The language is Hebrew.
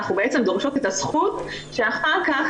אנחנו בעצם דורשות את הזכות שאחר כך